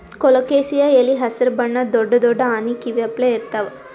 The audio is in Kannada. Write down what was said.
ಕೊಲೊಕೆಸಿಯಾ ಎಲಿ ಹಸ್ರ್ ಬಣ್ಣದ್ ದೊಡ್ಡ್ ದೊಡ್ಡ್ ಆನಿ ಕಿವಿ ಅಪ್ಲೆ ಇರ್ತವ್